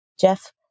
Jeff